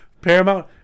Paramount